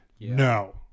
no